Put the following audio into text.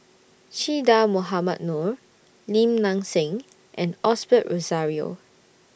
Che Dah Mohamed Noor Lim Nang Seng and Osbert Rozario